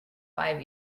five